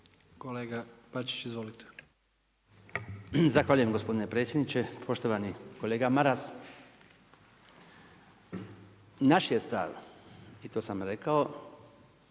**Bačić, Branko (HDZ)** Zahvaljujem gospodine predsjedniče, poštovani kolega Maras. Naš je stav i to sam rekao